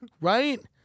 Right